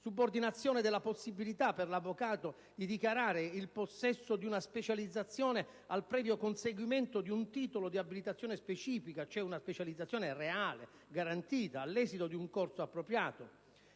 subordinazione della possibilità per l'avvocato di dichiarare il possesso di una specializzazione al previo conseguimento di un titolo di abilitazione specifica, quindi una specializzazione reale, all'esito di un corso apposito;